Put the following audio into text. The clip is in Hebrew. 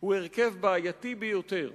הוא הרכב בעייתי ביותר.